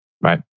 Right